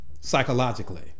psychologically